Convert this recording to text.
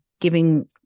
giving